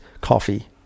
coffee